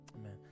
Amen